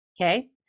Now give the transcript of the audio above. okay